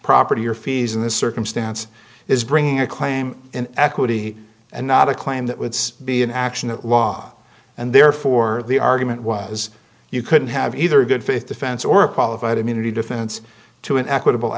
property or fees in this circumstance is bringing a claim in equity and not a claim that would be an action of law and therefore the argument was you could have either a good faith defense or a qualified immunity defense to an equitable